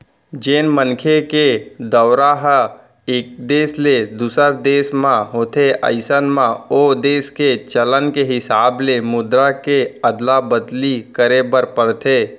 जेन मनखे के दौरा ह एक देस ले दूसर देस म होथे अइसन म ओ देस के चलन के हिसाब ले मुद्रा के अदला बदली करे बर परथे